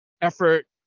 effort